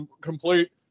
complete